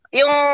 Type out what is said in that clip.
yung